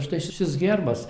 štai šitas herbas